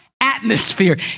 atmosphere